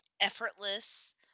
effortless